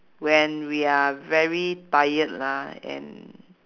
when we are very tired ah and